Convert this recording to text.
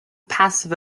passive